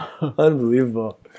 unbelievable